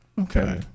Okay